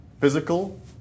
physical